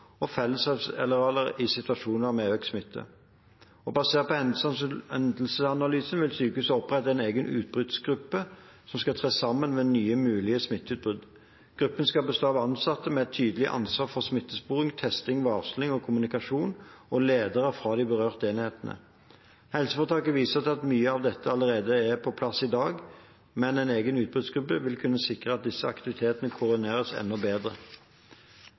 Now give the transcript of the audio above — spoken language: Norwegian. og fellesarealer i situasjoner med økt smitte. Basert på hendelsesanalysen vil sykehuset opprette en egen utbruddsgruppe som skal tre sammen ved nye mulige smitteutbrudd. Gruppen skal bestå av ansatte med et tydelig ansvar for smittesporing, testing, varsling og kommunikasjon, og ledere fra berørte enheter. Helseforetaket viser til at mye av dette allerede er på plass i dag, men en egen utbruddsgruppe vil kunne sikre at disse aktivitetene koordineres enda bedre.